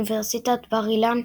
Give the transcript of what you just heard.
אוניברסיטת בר-אילן,